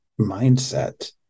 mindset